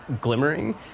glimmering